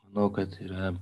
manau kad yra